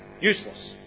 useless